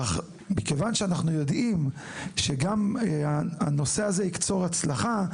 מכיוון שאנחנו יודעים שגם הנושא הזה יקצור הצלחה,